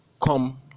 come